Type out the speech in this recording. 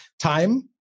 time